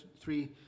three